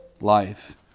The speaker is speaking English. life